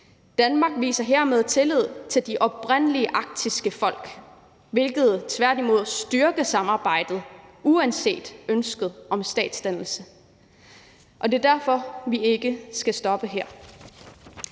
Danmark viser hermed tillid til de oprindelige arktiske folk, hvilket tværtimod styrker samarbejdet uanset ønsket om statsdannelse. Og det er derfor, vi ikke skal stoppe her.